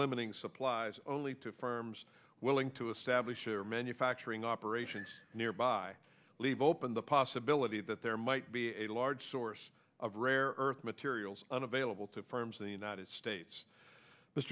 limiting supplies only to firms willing to establish or manufacturing operations nearby leave open the possibility that there might be a large source of rare earth materials unavailable to firms in the united states